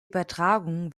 übertragung